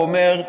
הוא אומר: